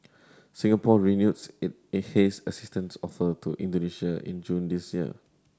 Singapore renews it it haze assistance offer to Indonesia in June this year